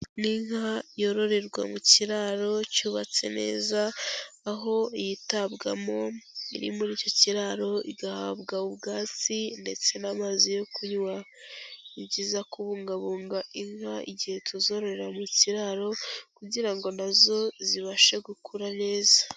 Ni inka yororerwa mu kiraro cyubatse neza, aho yitabwamo iri muri icyo kiraro, igahabwa ubwatsi ndetse n'amazi yo kunywa. Ni byiza kubungabunga inka igihe tuzororera mu kiraro, kugira ngo na zo zibashe gukura neza.